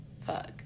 Fuck